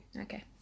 Okay